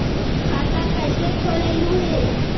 खाता कैसे खोलैलहू हे?